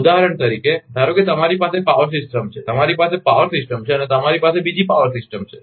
ઉદાહરણ તરીકે ધારો કે તમારી પાસે પાવર સિસ્ટમ છે તમારી પાસે પાવર સિસ્ટમ છે અને તમારી પાસે બીજી પાવર સિસ્ટમ છે